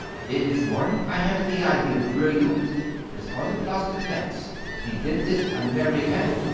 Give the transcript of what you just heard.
then this morning i have it the idea brilliant there is on the place des clercs the dentist american.